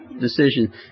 decision